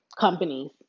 companies